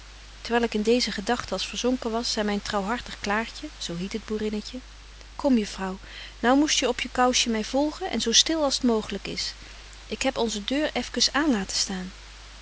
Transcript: terwyl ik in deeze gedagten als verzonken was zei myn trouwhartig klaartje zo hiet het boerinnetje kom juffrouw nou moest je op je kousjes my volgen en zo stil als t mooglyk is ik heb onze deur efkes aan laten staan